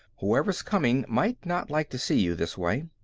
whoever's coming might not like to see you this way.